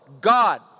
God